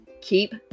keep